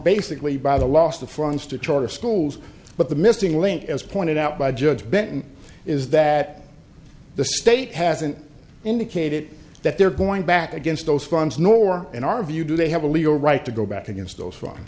basically by the loss the funds to charter schools but the missing link as pointed out by judge benton is that the state hasn't indicated that they're going back against those funds nor in our view do they have a legal right to go back against those f